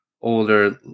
older